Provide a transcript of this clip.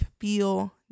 feel